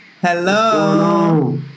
hello